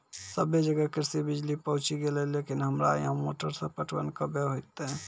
सबे जगह कृषि बिज़ली पहुंची गेलै लेकिन हमरा यहाँ मोटर से पटवन कबे होतय?